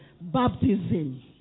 baptism